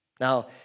Now